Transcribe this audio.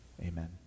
Amen